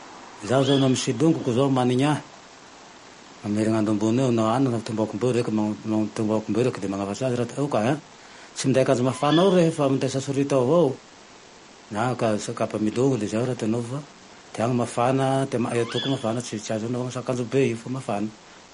Zaho zaho laha misy longoko zao magniny ahy amin'ny herin'andro ambony eo na agne ampitoboako mbeo reky mam- mampitoboako mbeo reky da manafatsy aze aho: ho kahy tsy minday akanjo mafana ao rehe fa mindesa sorita ao avao, na ankanjo sy kapa milogy de zay raha ty anova, de agne mafana, ty amy ay atoy koa mafana ts-tsy azo anaova akanjo mafana be io fa mafana